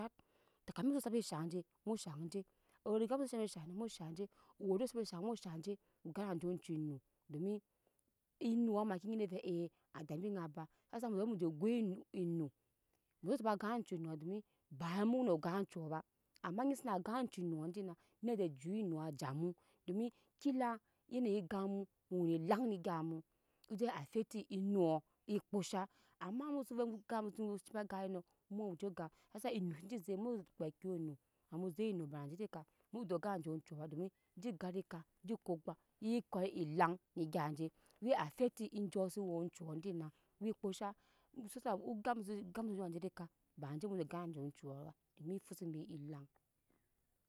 Takami muso sabe shaŋ j mu shaŋ je origa muso sabe shaŋ je mu shaŋ je awudo muso sabe shaŋ mu shaŋ je gan na je ocu enu domi enu ma ke ngi ve de ve ei ada je nyi ba a sa ve muje goi enuenu muso dama gan oncu enu domi ba mu nu dama gan oncu enu domi ba mu nu gan oncu ba ama nyi sana gan oncu enuɔ dina nyi je jut enuɔ jamu dami kela yeneyi gam mu mu wene elaɲ eme gap mu oje afɛting enoɔ i kpo sha ama mu so ve ga mu so bei ga eyuno mu ju dam asa enɔ se je zek mukpɛ zek no ba je edɛ ka gan dɛ ko je ko ogbɛk iye ko elaŋ agap je we afecting eje oncu no we kpo sha she shaŋ ogap ogap mu jene je edɛ ka ba je muju gan naje oncu ba domi efuse be elaŋ.